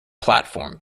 platform